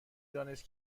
دانست